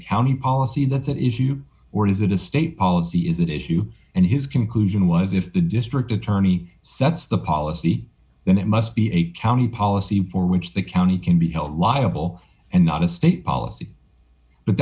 county policy that's at issue or is it a state policy is that issue and his conclusion was if the district attorney sets the policy then it must be a county policy for which the county can be held liable and not a state policy but